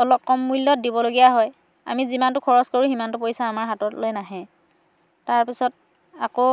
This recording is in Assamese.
অলপ কম মূল্যত দিবলগীয়া হয় আমি যিমানটো খৰচ কৰোঁ সিমানটো পইচা আমাৰ হাতলৈ নাহে তাৰপিছত আকৌ